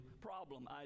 problem